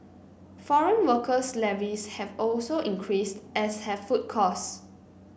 foreign worker levies have also increased as have food costs